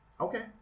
Okay